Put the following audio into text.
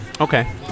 Okay